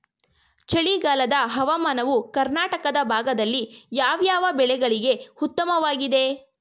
ಚಳಿಗಾಲದ ಹವಾಮಾನವು ಕರ್ನಾಟಕದ ಭಾಗದಲ್ಲಿ ಯಾವ್ಯಾವ ಬೆಳೆಗಳಿಗೆ ಉತ್ತಮವಾಗಿದೆ?